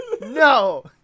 No